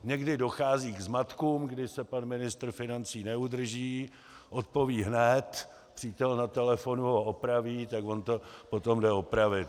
Někdy dochází k zmatkům, když se pan ministr financí neudrží, odpoví hned, přítel na telefonu ho opraví, tak on to potom jde opravit.